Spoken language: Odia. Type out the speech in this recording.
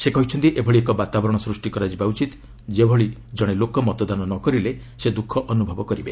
ସେ କହିଛନ୍ତି ଏଭଳି ଏକ ବାତାବରଣ ସୃଷ୍ଟି କରାଯିବା ଉଚିତ ଯେପରି ଜଣେ ଲୋକ ମତଦାନ ନ କରିଲେ ସେ ଦ୍ୟୁଖ ଅନୁଭବ କରିବ